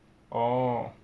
oh